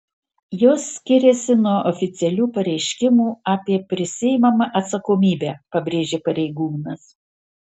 jos skiriasi nuo oficialių pareiškimų apie prisiimamą atsakomybę pabrėžė pareigūnas